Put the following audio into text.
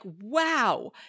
wow